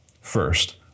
First